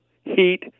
Heat